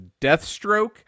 deathstroke